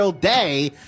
day